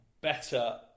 better